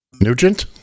Nugent